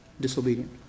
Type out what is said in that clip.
disobedient